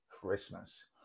Christmas